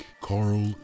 Carl